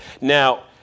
Now